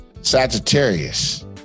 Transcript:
Sagittarius